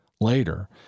later